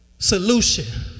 Solution